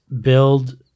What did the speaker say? build